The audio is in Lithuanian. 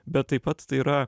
bet taip pat tai yra